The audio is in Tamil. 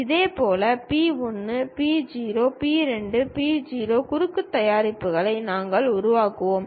இதேபோல் P 1 P 0 P 2 P 0 குறுக்கு தயாரிப்புகளை நாங்கள் உருவாக்குவோம்